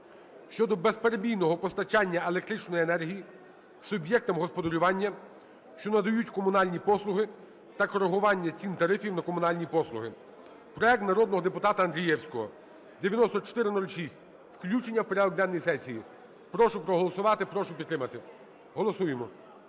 щодо безперебійного постачання електричної енергії суб'єктам господарювання, що надають комунальні послуги та коригування цін/тарифів на комунальні послуги. Проект народного депутата Андрієвського (9406), включення в порядок денний сесії. Прошу проголосувати, прошу підтримати. Голосуємо.